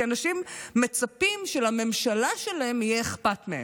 כי אנשים מצפים שלממשלה שלהם יהיה אכפת מהם.